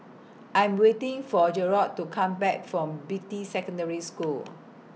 I'm waiting For Jerrod to Come Back from Beatty Secondary School